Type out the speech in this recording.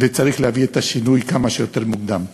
וצריך להביא את השינוי כמה שיותר מוקדם.